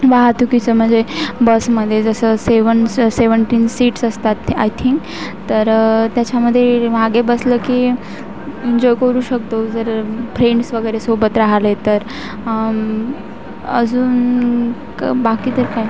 वाहतुकीचं म्हणजे बसमध्ये जसं सेव्हन स् सेवन्टीन सीट्स असतात ते आय थिंक तर त्याच्यामध्ये मागे बसलं की एन्जॉय करू शकतो जर फ्रेंड्स वगैरे सोबत राहिले तर अजून क् बाकी तर काय